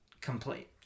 complete